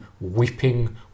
weeping